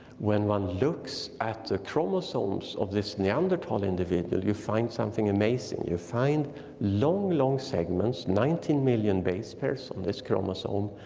when one looks at the chromosomes of this neanderthal individual, you find something amazing. you find long, long segments, nineteen million base pairs on this chromosome,